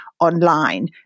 online